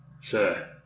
sir